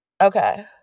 Okay